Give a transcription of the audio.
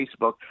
Facebook